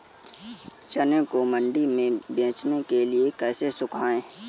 चने को मंडी में बेचने के लिए कैसे सुखाएँ?